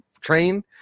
train